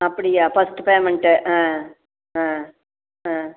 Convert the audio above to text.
அப்படியா first payment ஆ ஆ ஆ